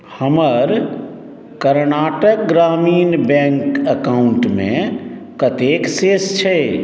हमर कर्नाटक ग्रामीण बैंक अकाउंटमे कतेक शेष छै